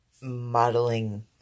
modeling